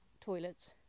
toilets